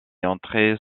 entrer